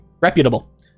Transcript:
reputable